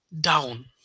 down